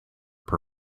per